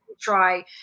try